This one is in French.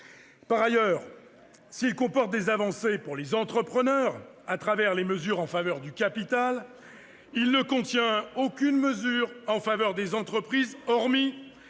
Par ailleurs, s'il comporte des avancées pour les entrepreneurs, à travers les mesures en faveur du capital, il ne contient aucune mesure en faveur des entreprises, hormis